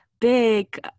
big